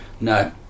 No